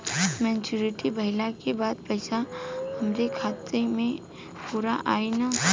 Maturity भईला के बाद पईसा हमरे खाता म पूरा आई न?